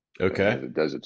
Okay